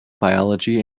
biology